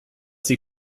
sie